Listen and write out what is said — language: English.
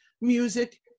music